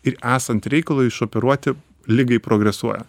ir esant reikalui išoperuoti ligai progresuoja